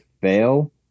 fail